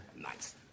Nice